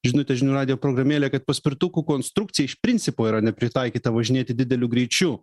žinutę žinių radijo programėlė kad paspirtukų konstrukcija iš principo yra nepritaikyta važinėti dideliu greičiu